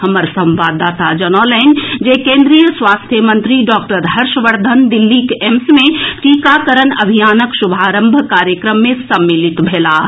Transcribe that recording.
हमर संवाददाता जनौलनि जे केन्द्रीय स्वास्थ्य मंत्री डॉक्टर हर्षवर्धन दिल्लीक एम्स मे टीकाकरण अभियानक शुभारंभ कार्यक्रम मे सम्मलित भेलाह